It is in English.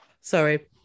sorry